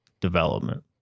development